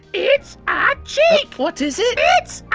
it's a cheek. what is it? it's